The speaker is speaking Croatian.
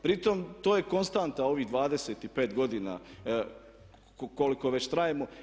Pri tome to je konstanta u ovih 25 godina koliko već trajemo.